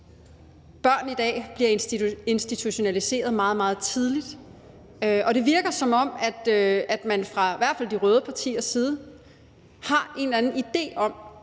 Børn i dag bliver institutionaliseret meget, meget tidligt, og det virker, som om man fra i hvert fald de røde partiers side har en eller anden idé om,